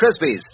Krispies